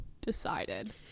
decided